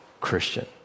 Christian